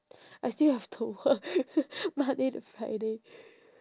I still have to work monday to friday